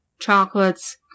chocolates